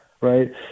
right